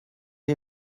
est